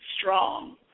strong